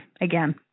again